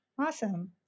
Awesome